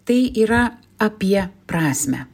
tai yra apie prasmę